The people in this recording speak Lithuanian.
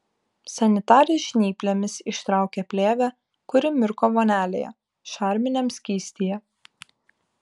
sanitarė žnyplėmis ištraukė plėvę kuri mirko vonelėje šarminiam skystyje